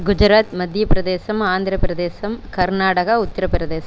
குஜராத் மத்தியப்பிரதேசம் ஆந்திரப்பிரதேசம் கர்நாடகா உத்திரப்பிரதேசம்